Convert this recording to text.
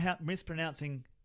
mispronouncing